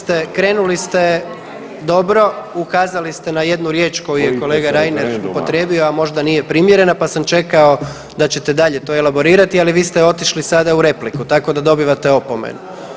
Dakle ovako krenuli ste dobro, ukazali ste na jednu riječ koju je kolega Reiner upotrijebio a možda nije primjerena pa sam čekao da ćete dalje elaborirati ali vi ste otišli sada u repliku tako da dobivate opomenu.